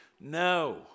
No